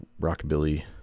rockabilly